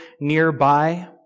nearby